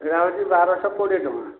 ଏଇଟା ହେଉଛି ବାରଶହ କୋଡ଼ିଏ ଟଙ୍କା